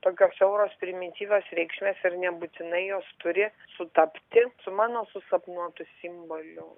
tokios siauros primityvios reikšmės ir nebūtinai jos turi sutapti su mano susapnuotu simboliu